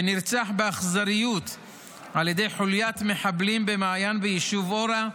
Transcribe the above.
שנרצח באכזריות על ידי חוליית מחבלים במעיין ביישוב אורה,